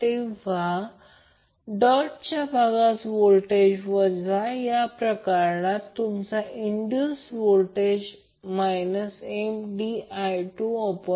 तेव्हा डॉटच्या भागात व्होल्टेज वजा या प्रकरणात तुमचा इन्डूस व्होल्टेज Mdi2d t